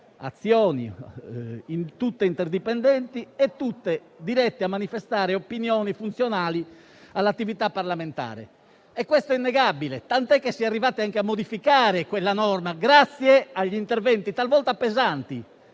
azioni, tutte interdipendenti e tutte dirette a manifestare opinioni funzionali all'attività parlamentare. Questo è innegabile, tant'è che si è arrivati anche a modificare quella norma, grazie agli interventi, talvolta pesanti,